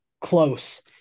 close